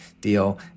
deal